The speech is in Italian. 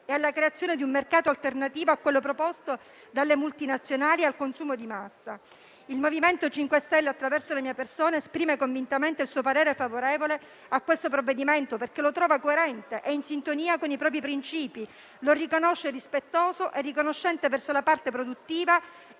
e alla creazione di un mercato alternativo a quello proposto dalle multinazionali al consumo di massa. Il MoVimento 5 Stelle, attraverso la mia persona, esprime convintamente il suo parere favorevole a questo provvedimento, perché lo trova coerente e in sintonia con i propri principi, lo riconosce rispettoso e riconoscente verso la parte produttiva